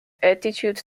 attitude